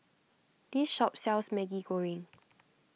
this shop sells Maggi Goreng